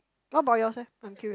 what about yours leh I'm curious